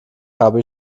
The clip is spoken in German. habe